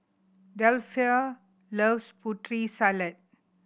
Delpha loves Putri Salad